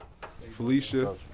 Felicia